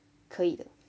可以的